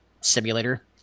simulator